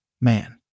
Man